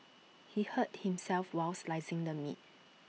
he hurt himself while slicing the meat